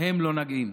בהם לא נוגעים.